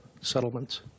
settlements